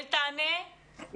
יעל תענה?